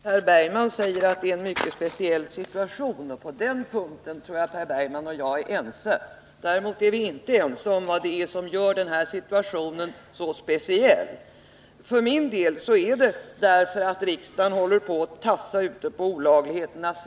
Herr talman! Per Bergman säger att situationen är mycket speciell, och på den punkten är Per Bergman och jag ense. Däremot tror jag inte att vi är ense om vad som gör situationen så speciell. För min del är det att riksdagen här håller på och tassar på olaglighetens gräns.